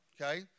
okay